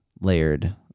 layered